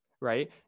right